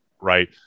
right